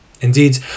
Indeed